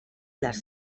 les